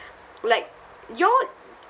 like you all